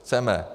Chceme.